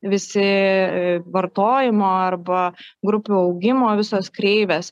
visi vartojimo arba grupių augimo visos kreivės